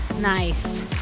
Nice